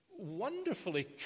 wonderfully